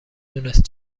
دونست